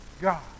God